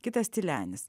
kitas tylenis